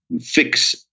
fix